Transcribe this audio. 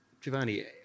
Giovanni